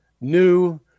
new